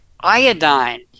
Iodine